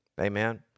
Amen